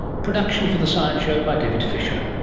production for the science show by david fisher.